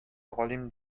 галим